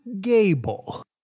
Gable